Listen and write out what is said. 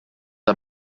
are